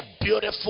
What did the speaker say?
beautiful